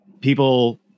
people